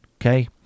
okay